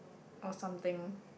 or something